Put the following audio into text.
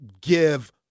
give –